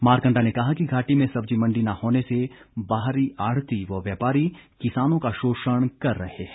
मारकंडा ने कहा कि घाटी में सब्जी मंडी न होने से बाहरी आढ़ती व व्यापारी किसानों का शोषण कर रहे हैं